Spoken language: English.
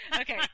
Okay